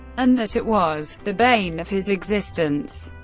and that it was the bane of his existence.